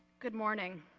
good morning.